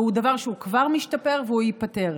והוא דבר שהוא כבר משתפר והוא ייפתר.